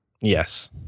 Yes